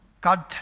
God